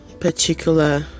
particular